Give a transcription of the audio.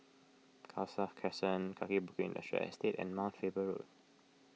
Khalsa Crescent Kaki Bukit Industrial Estate and Mount Faber Road